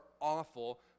awful